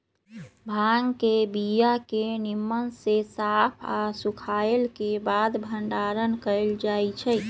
भांग के बीया के निम्मन से साफ आऽ सुखएला के बाद भंडारण कएल जाइ छइ